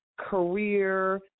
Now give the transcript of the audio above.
career